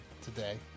today